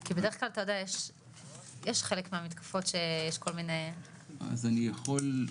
כי בדרך כלל יש חלק מהמתקפות שיש כל מיני --- אז אני יכול,